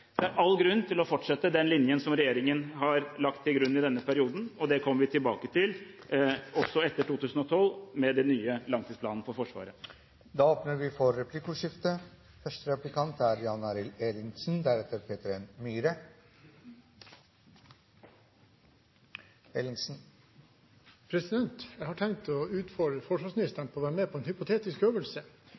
Det er all grunn til å fortsette den linjen som regjeringen har lagt til grunn i denne perioden, og det kommer vi tilbake til også etter 2012, med den nye langtidsplanen for Forsvaret. Det åpnes for replikkordskifte. Jeg har tenkt å utfordre forsvarsministeren på å være med på en hypotetisk øvelse. Hvis forsvarsministeren kunne være så snill å omstille seg og for et øyeblikk tenke seg å være